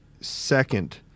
second